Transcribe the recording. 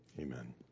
Amen